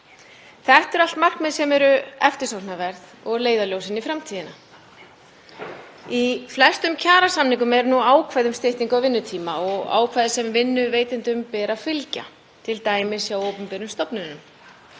Þetta eru allt markmið sem eru eftirsóknarverð og leiðarljós inn í framtíðina. Í flestum kjarasamningum eru ákvæði um styttingu á vinnutíma ákvæði sem vinnuveitendum ber að fylgja, t.d. hjá opinberum stofnunum.